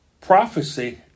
prophecy